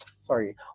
sorry